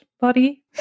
body